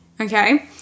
Okay